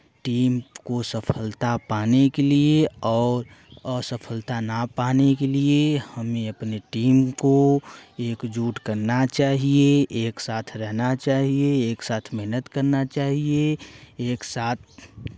team को सफलता पाने के लिए और असफलता ना पाने के लिए हमें अपने टीम को एकजुट करना चाहिए एक साथ रहना चाहिए एक साथ मेहनत करना चाहिए एक साथ